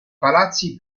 palazzi